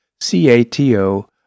C-A-T-O